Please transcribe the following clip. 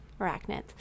arachnids